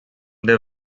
their